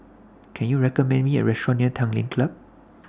Can YOU recommend Me A Restaurant near Tanglin Club